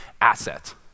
asset